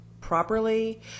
properly